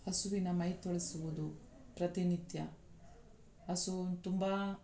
ಹಸುವಿನ ಮೈ ತೊಳೆಸುವುದು ಪ್ರತಿನಿತ್ಯ ಹಸು ತುಂಬ